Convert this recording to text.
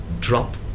drop